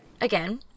Again